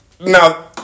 now